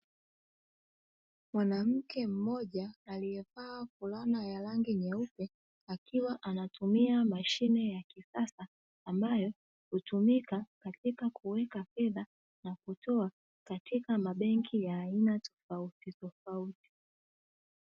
Mwanamke mmoja, aliye vaa fulana ya rangi nyeupe, akiwa anatumia mashine ya kisasa, ambayo hutumika katika kuweka fedha na kutoa katika mabenki ya aina tofauti tofauti.